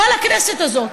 כל הכנסת הזאת.